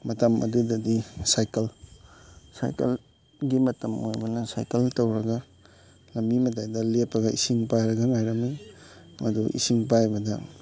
ꯃꯇꯝ ꯑꯗꯨꯗꯗꯤ ꯁꯥꯏꯀꯜ ꯁꯥꯏꯀꯜꯒꯤ ꯃꯇꯝ ꯑꯣꯏꯕꯅ ꯁꯥꯏꯀꯜ ꯇꯧꯔꯒ ꯂꯝꯕꯤ ꯃꯇꯥꯏꯗ ꯂꯦꯞꯄꯒ ꯏꯁꯤꯡ ꯄꯥꯏꯔꯒ ꯉꯥꯏꯔꯝꯃꯤ ꯑꯗꯨ ꯏꯁꯤꯡ ꯄꯥꯏꯕꯗ